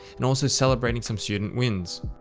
and also celebrating some student wins.